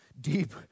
Deep